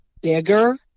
bigger